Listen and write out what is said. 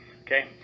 okay